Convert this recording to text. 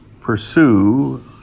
pursue